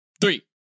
three